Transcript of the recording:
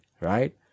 right